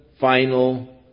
final